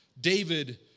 David